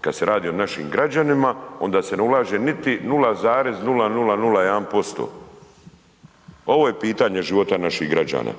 kada se radi o našim građanima onda se ne ulaže niti 0,0001%. Ovo je pitanje života naših građana.